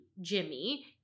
Jimmy